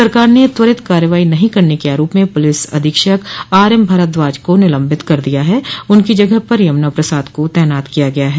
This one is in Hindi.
सरकार ने त्वरित कार्रवाई नहीं करने के आरोप में पुलिस अधीक्षक आरएमभारद्वाज को निलम्बित कर दिया है उनकी जगह पर यमुना प्रसाद को तैनात किया गया है